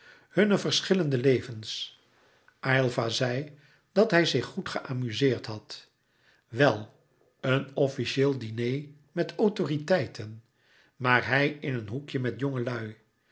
hunne verschillende levens aylva zei dat hij zich goed geamuzeerd had wel een officieel diner met autoriteiten maar hij in een hoekje met jongelui